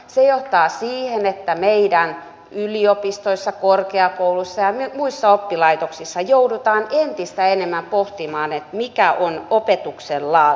se johtaa siihen että meidän yliopistoissa korkeakouluissa ja muissa oppilaitoksissa joudutaan entistä enemmän pohtimaan mitä on opetuksen laatu